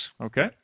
Okay